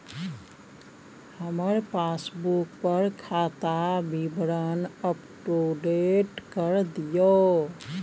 हमर पासबुक पर खाता विवरण अपडेट कर दियो